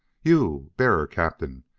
you, bearer-captain,